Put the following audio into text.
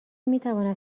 میتواند